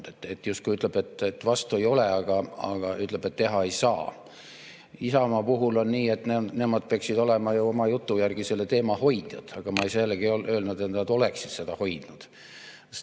ta justkui ütleb, et vastu ei ole, aga ütleb ka, et teha ei saa. Isamaa puhul on nii, et nemad peaksid olema oma jutu järgi selle teema hoidjad, aga ma ei saa jällegi öelda, et nad oleksid seda hoidnud.